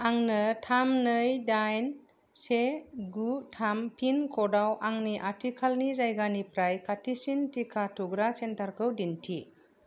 आंनो थाम नै दाइन से गु थाम पिन कड आव आंनि आथिखालनि जायगानिफ्राय खाथिसिन टिका थुग्रा सेन्टारखौ दिन्थि